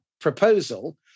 proposal